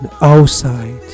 outside